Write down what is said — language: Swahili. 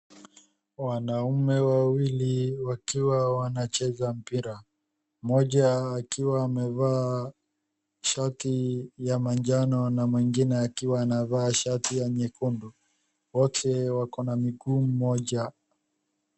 Wanaume wawili wakiwa wanacheza mpira, mmoja akiwa amevaa shati ya majano na mwingine akiwa anavaa shati nyekundu, wote wakona mguu mmoja.